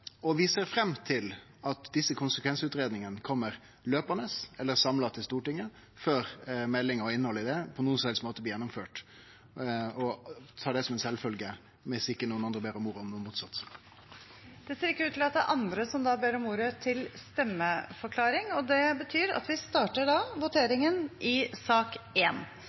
Vi ser fram til at desse konsekvensutgreiingane kjem løpande eller samla til Stortinget før meldinga og innhaldet i ho på nokon som helst måte blir gjennomført, og tar det som ei sjølvfølge, viss ikkje nokon andre ber om ordet om noko motsett. Det ser ikke ut til at det er andre som ber om ordet til stemmeforklaring, og det betyr at vi starter voteringen i sak